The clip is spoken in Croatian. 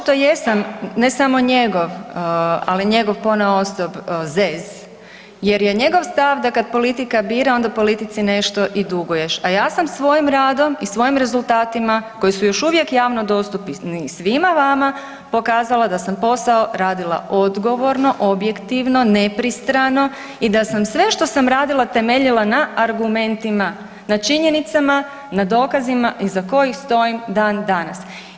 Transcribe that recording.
Ja očito jesam ne samo njegov, ali njegov ponaosob zez jer je njegov stav da kad politika bira onda politici nešto i duguješ, a ja sam svojim radom i svojim rezultatima koji su još uvijek javno dostupni svima vama pokazala da sam posao radila odgovorno, objektivno, nepristrano i da sam sve što sam radila temeljila na argumentima, na činjenicama, na dokazima iza kojih stojim dan danas.